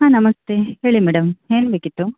ಹಾಂ ನಮಸ್ತೆ ಹೇಳಿ ಮೇಡಮ್ ಏನು ಬೇಕಿತ್ತು